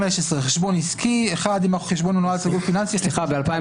חשבון עסקי: 1. אם החשבון מנוהל אצל גוף פיננסי חשבון